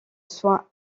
soins